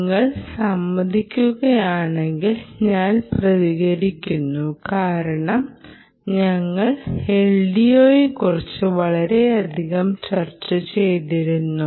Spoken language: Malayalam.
നിങ്ങൾ സമ്മതിക്കുമെന്ന് ഞാൻ പ്രതീക്ഷിക്കുന്നു കാരണം ഞങ്ങൾ LDOയെക്കുറിച്ച് വളരെയധികം ചർച്ച ചെയ്തിരുന്നു